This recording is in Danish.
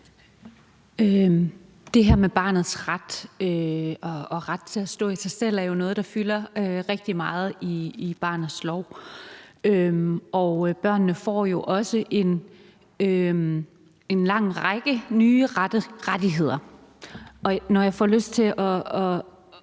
Det her med barnets ret og ret til at stå i sig selv er jo noget, der fylder rigtig meget i barnets lov, og børnene får jo også en lang række nye rettigheder. Og når jeg får lyst til at